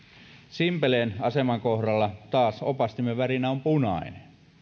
simpeleen aseman kohdalla taas opastimen värinä on punainen